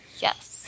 Yes